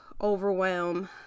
overwhelm